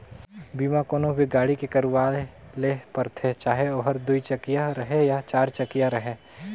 बीमा कोनो भी गाड़ी के करवाये ले परथे चाहे ओहर दुई चकिया रहें या चार चकिया रहें